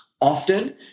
Often